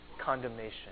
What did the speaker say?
condemnation